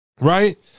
Right